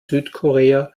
südkorea